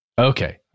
Okay